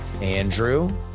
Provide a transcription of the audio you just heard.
Andrew